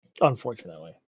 Unfortunately